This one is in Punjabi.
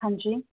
ਹਾਂਜੀ